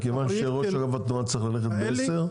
מכיוון שראש אגף התנועה צריך לצאת בשעה 10,